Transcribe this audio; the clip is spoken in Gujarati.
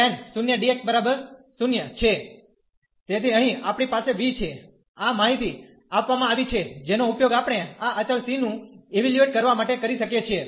તેથી અહીં આપણી પાસે v છે આ માહિતી આપવામાં આવી છે જેનો ઉપયોગ આપણે આ અચળ c નું ઇવેલ્યુએટ કરવા માટે કરી શકીએ છીએ